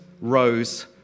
rose